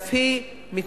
ואף היא מתנגדת,